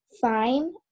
fine